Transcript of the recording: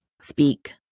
speak